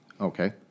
Okay